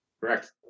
Correct